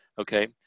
okay